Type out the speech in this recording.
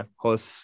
hos